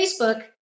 Facebook